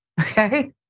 okay